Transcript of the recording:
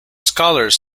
scholars